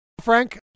Frank